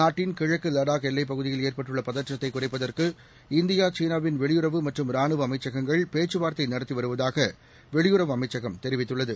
நாட்டின் கிழக்கு வடாக் எல்லைப் பகுதியில் ஏற்பட்டுள்ள பதற்றத்தைக் குறைப்பதற்கு இந்தியா சீனாவின் வெளியுறவு மற்றும் ராணுவ அமைச்சகங்கள் பேச்சு வார்த்தை நடத்தி வருவதாக வெளியுறவுஅமைச்சகம் தெரிவித்துள்ளது